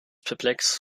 perplex